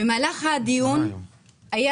מהלך הדיון היה